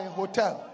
hotel